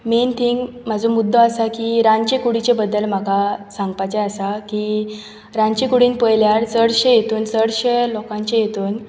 main thing माजो मुद्दो आसा की रांदचे कुडीचे बद्दल म्हाका सांगपाचे आसा की रांदचे कुडीन पयल्यार चडशें हितून चडशें लोकांचे हितून